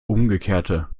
umgekehrte